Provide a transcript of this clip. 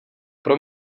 pro